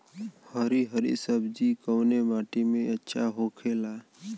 हरी हरी सब्जी कवने माटी में अच्छा होखेला?